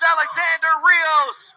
Alexander-Rios